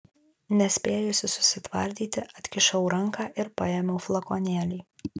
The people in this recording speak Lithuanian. nespėjusi susitvardyti atkišau ranką ir paėmiau flakonėlį